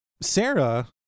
sarah